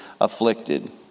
afflicted